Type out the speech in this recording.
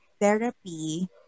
therapy